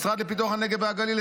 במשרד לפיתוח הנגב והגליל,